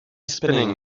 spinning